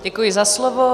Děkuji za slovo.